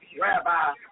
rabbi